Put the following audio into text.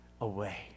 away